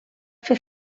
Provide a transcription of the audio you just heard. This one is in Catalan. fer